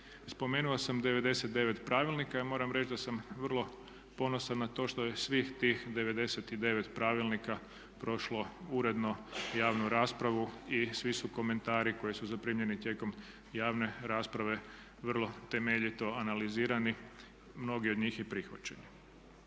Spomenuo sam 99 pravilnika i moram reći da sam vrlo ponosan na to što je svih tih 99 pravilnika prošlo uredno javnu raspravu i svi su komentari koji su zaprimljeni tijekom javne rasprave vrlo temeljito analizirani, mnogi od njih i prihvaćeni.